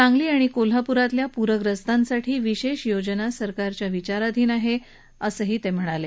सांगली आणि कोल्हापूरातल्या पूरग्रस्तांसाठी विशेष योजना सरकारच्या विचारधीन असल्याचं ते म्हणाले